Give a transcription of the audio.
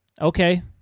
okay